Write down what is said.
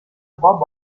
bob